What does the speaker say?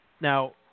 Now